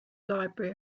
library